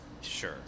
sure